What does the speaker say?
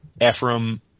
Ephraim